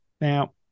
Now